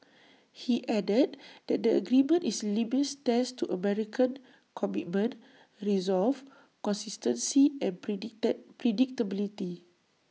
he added that the agreement is A litmus test to American commitment resolve consistency and predicted predictability